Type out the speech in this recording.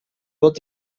wird